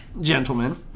Gentlemen